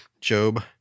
Job